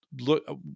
look